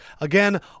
Again